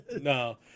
no